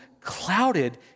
clouded